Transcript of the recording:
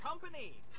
company